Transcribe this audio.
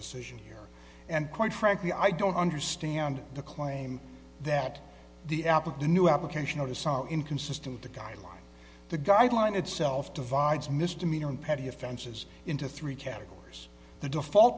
decision here and quite frankly i don't understand the claim that the apple the new application of the sa inconsistent the guidelines the guideline itself divides misdemeanor in petty offenses into three categories the default